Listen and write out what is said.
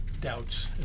doubts